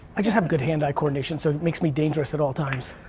i just have good hand-eye coordination, so it makes me dangerous at all times.